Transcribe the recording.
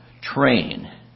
Train